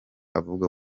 avuga